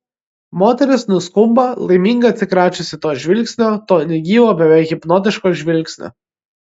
moteris nuskuba laiminga atsikračiusi to žvilgsnio to negyvo beveik hipnotiško žvilgsnio